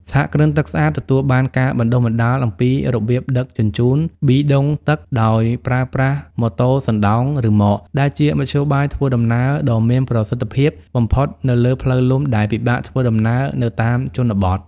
សហគ្រិនទឹកស្អាតទទួលបានការបណ្ដុះបណ្ដាលអំពីរបៀបដឹកជញ្ជូនប៊ីដុងទឹកដោយប្រើប្រាស់ម៉ូតូសណ្ដោងរ៉ឺម៉ក ដែលជាមធ្យោបាយធ្វើដំណើរដ៏មានប្រសិទ្ធភាពបំផុតនៅលើផ្លូវលំដែលពិបាកធ្វើដំណើរនៅតាមជនបទ។